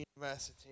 university